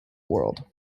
world